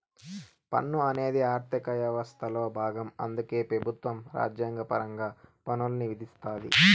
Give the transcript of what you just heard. పన్ను అనేది ఆర్థిక యవస్థలో బాగం అందుకే పెబుత్వం రాజ్యాంగపరంగా పన్నుల్ని విధిస్తాది